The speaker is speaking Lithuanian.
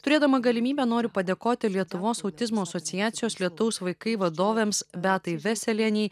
turėdama galimybę noriu padėkoti lietuvos autizmo asociacijos lietaus vaikai vadovėms beatai beselienei